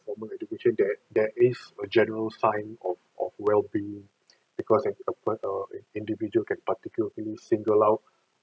formal education that there is a general sign of of well-being because an individual can particularly single out